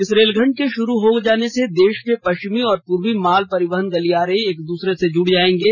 इस रेलखंड के शुरू हो जाने से देश के पश्चिमी और पूर्वी माल परिवहन गलियारे एक दूसरे से जुड़ जाएंगे